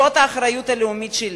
זאת האחריות הלאומית שלי.